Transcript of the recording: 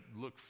look